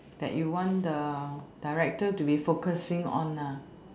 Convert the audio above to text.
that you want the director to be focusing on ah